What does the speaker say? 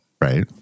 Right